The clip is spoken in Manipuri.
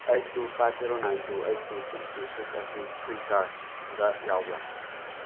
eight two five zero nine two eight two six two six ꯑꯁꯤ ꯐ꯭ꯔꯤ ꯆꯥꯔꯖꯇ ꯌꯥꯎꯕ꯭ꯔꯥ